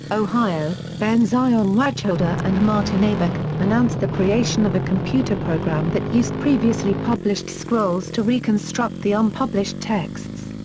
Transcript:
ohio, ben zion wacholder and martin abegg, announced the creation of a computer program that used previously published scrolls to reconstruct the unpublished texts.